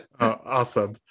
Awesome